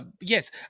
yes